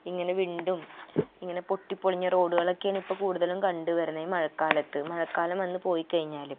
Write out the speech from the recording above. ഇങ്ങനെ വിണ്ടും ഇങ്ങനെ പൊട്ടി പൊളിഞ്ഞ റോഡുകളൊക്കെയാണ് ഇപ്പം കൂടുതലും കണ്ട് വരുന്നത് ഈ മഴക്കാലത്ത് മഴക്കാലം വന്ന്പോയിക്കഴിഞ്ഞാൽ